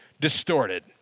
distorted